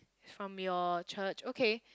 from your church okay